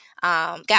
Got